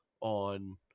on